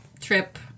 trip